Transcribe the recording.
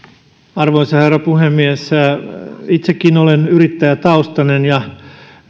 arvoisa herra puhemies itsekin olen yrittäjätaustainen ja